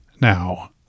Now